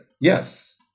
Yes